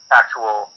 actual